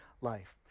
life